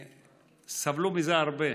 וסבלו מזה הרבה.